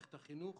מערכת החינוך.